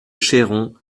cheyron